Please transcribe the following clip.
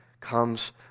comes